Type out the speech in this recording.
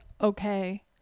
okay